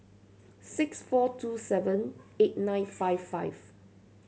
six four two seven eight nine five five